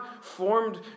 formed